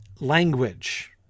language